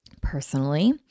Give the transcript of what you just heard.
Personally